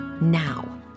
now